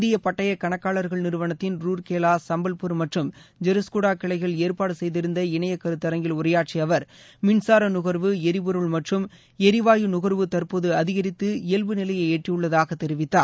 இந்திய பட்டயக் கணக்காளர்கள் நிறுவனத்தின் ரூர்கேலா சம்பவ்பூர் மற்றும் ஜெருஸ்குடா கிளைகள் ஏற்பாடு செய்திருந்த இணைய கருத்தரங்கில் உரையாற்றிய அவர் மின்சார நுகர்வு எரிபொருள் மற்றும் எரிவாயு நுகர்வு தற்போது அதிகரித்து இயல்பு நிலையை எட்டியுள்ளதாக தெரிவித்தார்